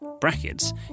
Brackets